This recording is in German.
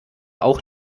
auch